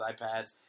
iPads